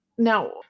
Now